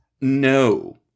No